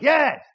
Yes